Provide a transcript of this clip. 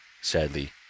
sadly